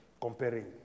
comparing